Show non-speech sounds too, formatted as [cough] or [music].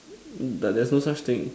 [noise] but there's not such thing